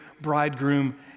bridegroom